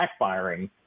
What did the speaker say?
backfiring